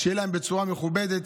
שיהיה להם בצורה מכובדת.